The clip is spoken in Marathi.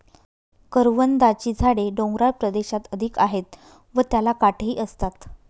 करवंदाची झाडे डोंगराळ प्रदेशात अधिक आहेत व त्याला काटेही असतात